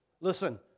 Listen